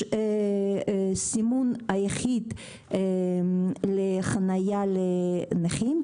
הסימון היחיד שיש הוא חניה לנכים,